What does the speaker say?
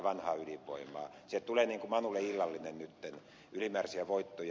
sieltä tulee niin kuin manulle illallinen nyt ylimääräisiä voittoja